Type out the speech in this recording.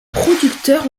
producteurs